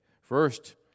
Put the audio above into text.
First